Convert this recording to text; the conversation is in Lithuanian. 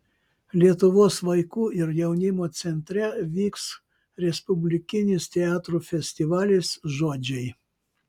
lietuvos vaikų ir jaunimo centre vyks respublikinis teatrų festivalis žodžiai